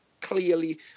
clearly